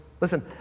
Listen